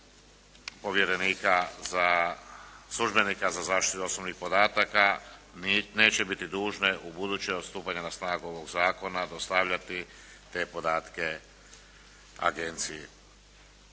povjerenika, službenika za zaštitu osobnih podataka neće biti dužne u buduće od stupanja na snagu ovog zakona dostavljati te podatke agenciji.